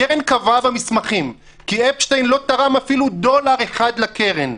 הקרן קבעה במסמכים כי אפשטיין לא תרם אפילו דולר לקרן.